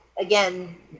Again